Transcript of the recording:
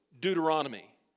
Deuteronomy